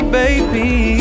baby